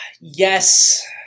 Yes